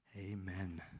Amen